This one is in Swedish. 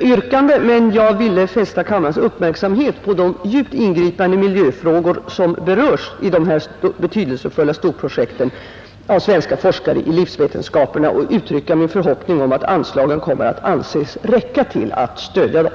yrkande, men jag har velat fästa Regionalt transportkammarens uppmärksamhet på de djupt ingripande miljöfrågor, som stöd berörs i dessa betydelsefulla storprojekt av svenska forskare i livsvetenskaperna, och uttrycka min förhoppning om att anslagen kommer att anses räcka till att stödja dem.